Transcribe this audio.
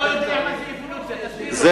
השר לא יודע מה זה אבולוציה, תסביר לו.